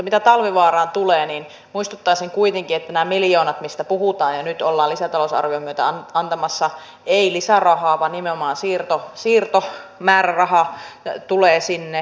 mitä talvivaaraan tulee niin muistuttaisin kuitenkin että nämä miljoonat mistä puhutaan ja mitä nyt ollaan lisätalousarvion myötä antamassa eivät ole lisärahaa vaan nimenomaan siirtomääräraha tulee sinne